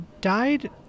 died